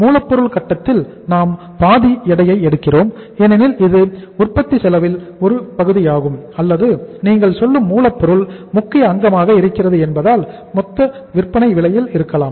மூலப்பொருள் கட்டத்தில் நாம் பாதி எடையை கொடுக்கிறோம் ஏனெனில் இது உற்பத்தி செலவில் ஒரு பகுதியாகும் அல்லது நீங்கள் சொல்லும் மூலப்பொருள் முக்கிய அங்கமாக இருக்கிறது என்பதால் மொத்த விற்பனை விலையில் இருக்கலாம்